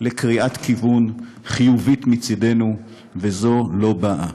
לקריאת כיוון חיובית מצדנו, וזו לא באה.